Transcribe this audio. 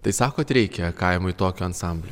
tai sakot reikia kaimui tokio ansamblio